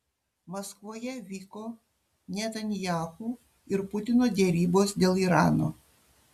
maskvoje vyko netanyahu ir putino derybos dėl irano